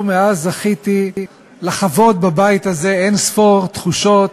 מאז זכיתי לחוות בבית הזה אין-ספור תחושות,